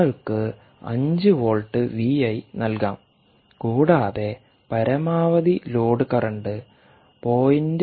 നിങ്ങൾക്ക് 5 volt V I നൽകാം കൂടാതെ പരമാവധി ലോഡ്കറന്റ് 0